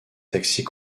taxis